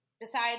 decide